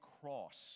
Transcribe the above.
cross